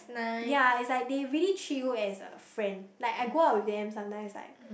ya it's like they really treat you as a friend like I go out with them sometimes like